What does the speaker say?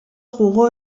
jugó